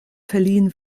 verliehen